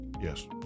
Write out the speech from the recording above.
yes